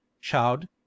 child